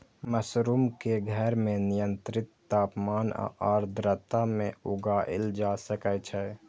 mushroom कें घर मे नियंत्रित तापमान आ आर्द्रता मे उगाएल जा सकै छै